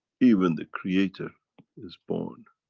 even the creator is born